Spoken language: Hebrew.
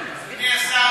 אני לא עושה את זה.